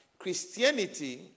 Christianity